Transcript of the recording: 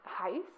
heist